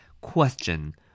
Question